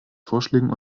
vorschlägen